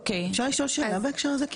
אפשר לשאול שאלה בהקשר הזה?